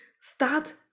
Start